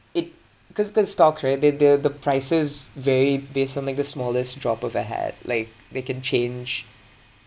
it cause cause stocks right they they uh the prices vary based on like the smallest drop of a hat like they can change